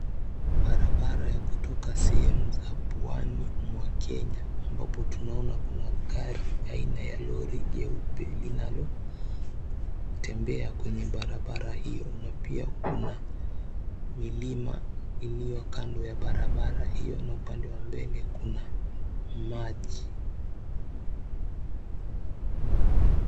Barabara ya kutoka sehemu za Pwani mwa Kenya, ambapo tu𝑛𝑎𝑜na kuna gari aina ya lori jeupe linalotembea kwenye barabara hiyo, na pia kuna milima iliyo kando ya barabara hiyo na upande wa mbele kuna maji.